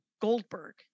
Goldberg